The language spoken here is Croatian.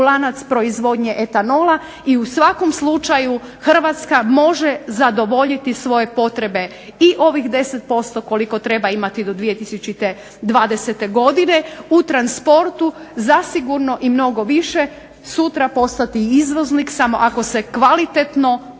Hrvatska može zadovoljiti svoje potrebe i ovih 10% koliko treba imati do 2020. godine, u transportu zasigurno mnogo više sutra postati izvoznik samo ako se kvalitetno postavi